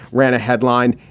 ran a headline.